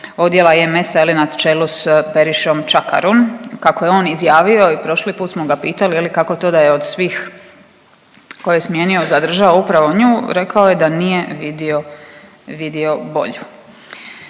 odjela MS-a na čelu sa Perišom Čakarun. Kako je on izjavio i prošli put smo ga pitali, je li kako to da je od svih koje je smijenio zadržao upravo nju rekao je da nije vidio bolju.